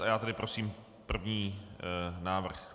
A já tedy prosím první návrh.